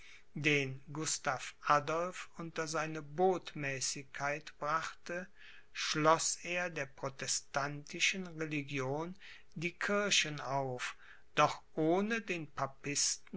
den gustav adolph unter seine botmäßigkeit brachte schloß er der protestantischen religion die kirchen auf doch ohne den